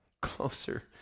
closer